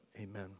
amen